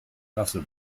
rassel